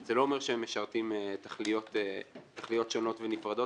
זה לא אומר שהם משרתים תכליות שונות ונפרדות